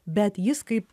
bet jis kaip